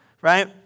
right